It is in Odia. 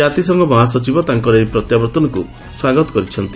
ଜାତିସଂଘ ମହାସଚିବ ତାଙ୍କର ଏହି ପ୍ରତ୍ୟାବର୍ତ୍ତନକ୍ର ସ୍ୱାଗତ କରିଛନ୍ତି